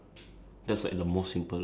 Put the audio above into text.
if I dropped everything